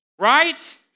Right